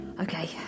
Okay